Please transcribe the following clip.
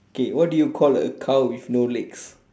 K what do you call a cow with no legs